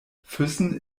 füssen